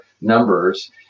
numbers